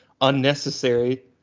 unnecessary